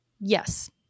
yes